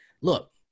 look